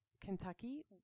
Kentucky